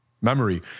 Memory